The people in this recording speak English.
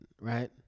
right